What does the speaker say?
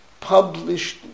Published